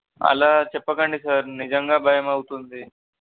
అలా చెప్పకండి సార్ నిజంగా భయం అవుతుంది